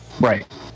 right